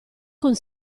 con